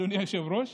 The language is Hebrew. אדוני היושב-ראש,